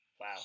Wow